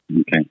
Okay